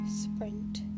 sprint